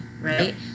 Right